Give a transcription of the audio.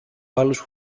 άλλους